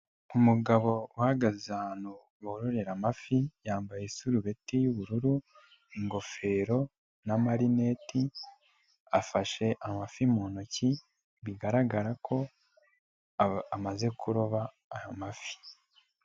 Umugabo uhagaze ahantu bororera amafi yambaye isurubeti y'ubururu, ingofero n'amarineti afashe amafi mu ntoki bigaragara ko amaze kuroba aya mafi.